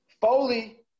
Foley